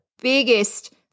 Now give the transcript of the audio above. biggest